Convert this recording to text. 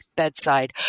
bedside